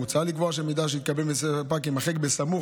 מוצע לקבוע שמידע שיתקבל מספק יימחק סמוך